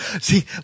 See